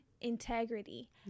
integrity